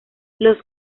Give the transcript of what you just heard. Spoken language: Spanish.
los